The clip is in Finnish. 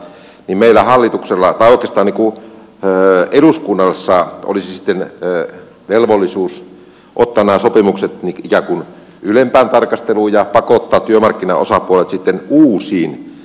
pimeällä hallituksella ei pitänyt niin eduskunnassa olisi sitten velvollisuus ottaa nämä sopimukset ikään kuin ylempään tarkasteluun ja pakottaa työmarkkinaosapuolet sitten uusiin keskinäisiin sopimuksiin